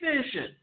vision